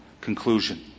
conclusion